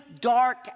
dark